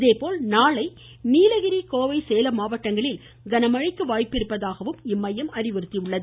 இதேபோல் நாளை நீலகிரி கோவை சேலம் மாவட்டங்களில் கனமழைக்கு வாய்ப்பிருப்பதாகவும் இம்மையம் அறிவித்துள்ளது